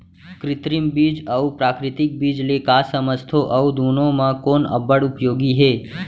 कृत्रिम बीज अऊ प्राकृतिक बीज ले का समझथो अऊ दुनो म कोन अब्बड़ उपयोगी हे?